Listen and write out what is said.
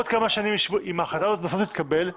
אם ההחלטה הזאת בסוף תתקבל,